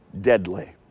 deadly